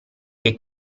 che